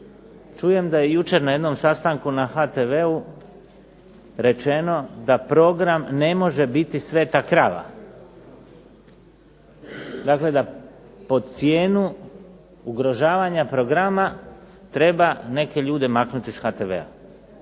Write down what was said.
Čujem da je jučer na jednom sastanku na HTV-u rečeno da program ne može biti sveta krava, dakle da pod cijenu ugrožavanja programa treba neke ljude maknuti s HTV-a,